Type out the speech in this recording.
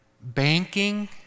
Banking